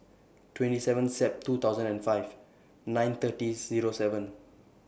twenty seven Sep two thousand and five nine thirty Zero seven